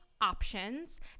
options